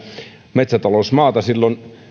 metsätalousmaata silloin